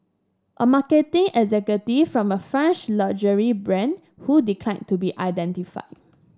a marketing executive from a French luxury brand who declined to be identified